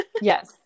Yes